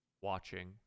watching